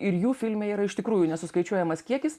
ir jų filme yra iš tikrųjų nesuskaičiuojamas kiekis